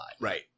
Right